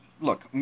look